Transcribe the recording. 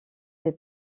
des